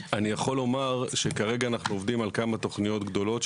כרגע אנחנו עובדים על כמה תכניות גדולות,